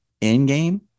in-game